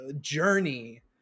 journey